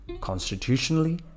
constitutionally